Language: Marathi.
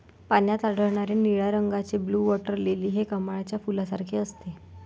पाण्यात आढळणारे निळ्या रंगाचे ब्लू वॉटर लिली हे कमळाच्या फुलासारखे असते